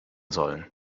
sollen